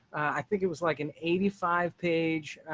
i think it was like an eighty five page.